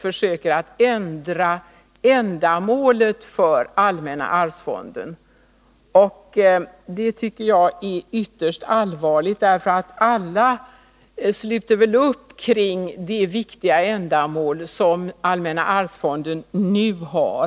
försöker ändra ändamålet för allmänna arvsfonden. Det tycker jag skulle vara ytterst allvarligt, eftersom väl alla sluter upp bakom det viktiga ändamål som allmänna arvsfonden nu har.